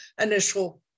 initial